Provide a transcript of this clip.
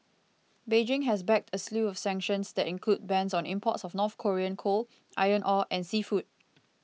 Beijing has backed a slew of sanctions that include bans on imports of North Korean coal iron ore and seafood